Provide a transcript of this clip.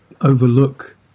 overlook